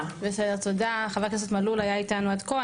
בסדר, תודה, חבר הכנסת מלול היה איתנו עד כה.